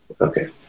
Okay